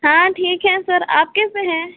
हाँ ठीक हैं सर आप कैसे हैं